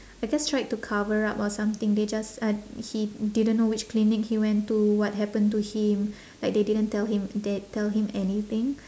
I guess tried to cover up or something they just uh he didn't know which clinic he went to what happen to him like they didn't tell him they tell him anything